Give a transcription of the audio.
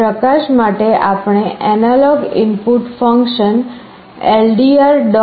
પ્રકાશ માટે આપણે analogue input function ldr